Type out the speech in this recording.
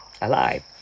Alive